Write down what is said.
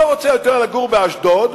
אני לא רוצה יותר לגור באשדוד,